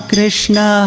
Krishna